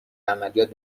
عملیات